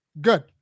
good